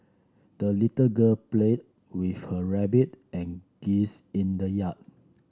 the little girl played with her rabbit and geese in the yard